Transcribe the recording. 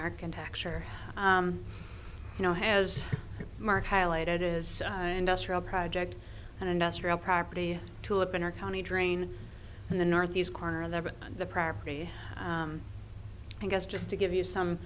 architecture you know has mark highlighted as industrial project and industrial property tulip in our county drain in the northeast corner of everett the property i guess just to give you some